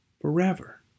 forever